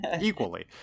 equally